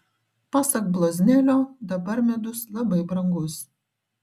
pasak bloznelio dabar medus labai brangus